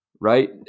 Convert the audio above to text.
Right